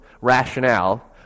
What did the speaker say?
rationale